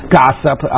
gossip